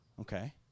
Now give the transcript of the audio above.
okay